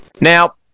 now